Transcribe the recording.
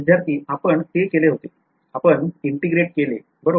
विध्यार्थी आपण ते केले आपण integrate केले बरोबर